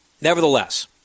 Nevertheless